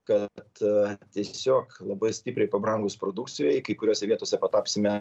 kad tiesiog labai stipriai pabrangus produkcijai kai kuriose vietose tapsime